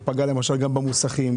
לתעשיינים